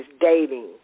dating